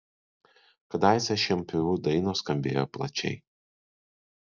kadaise šienpjovių dainos skambėjo plačiai